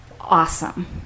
awesome